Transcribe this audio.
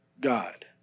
God